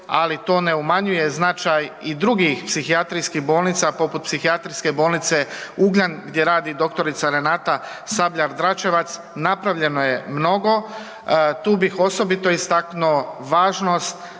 ali to ne umanjuje značaj i drugih psihijatrijskih bolnica poput Psihijatrijske bolnice Ugljan gdje radi dr. Renata Sabljak Dračevac, napravljeno je mnogu, tu bih osobito istaknuo važnost